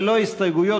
ללא הסתייגויות,